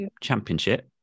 championship